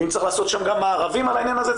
אם צריך לעשות שם מארבים בעניין הזה,